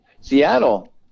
Seattle